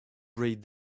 read